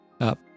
up